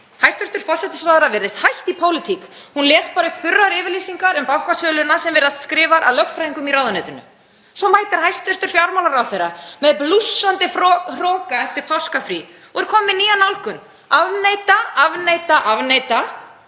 Hæstv. forsætisráðherra virðist hætt í pólitík. Hún les bara upp þurrar yfirlýsingar um bankasöluna sem virðast skrifaðar af lögfræðingum í ráðuneytinu. Svo mætir hæstv. fjármálaráðherra með blússandi hroka eftir páskafrí og er kominn með nýja nálgun: Afneita, afneita, afneita.